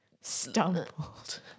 stumbled